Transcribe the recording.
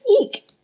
eek